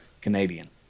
Canadian